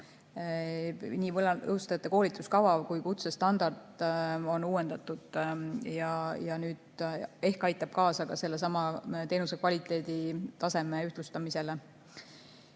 Nii võlanõustajate koolituskava kui ka kutsestandardit on uuendatud ja ehk aitab see kaasa ka sellesama teenuse kvaliteeditaseme ühtlustamisele.